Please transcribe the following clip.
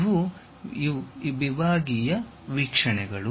ಇವು ವಿಭಾಗೀಯ ವೀಕ್ಷಣೆಗಳು